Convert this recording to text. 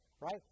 Right